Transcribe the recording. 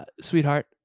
Sweetheart